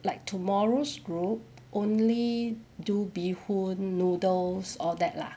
like tomorrow's group only do bee hoon noodles all that lah